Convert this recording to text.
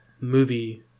movie